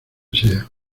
sea